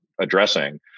addressing